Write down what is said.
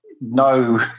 no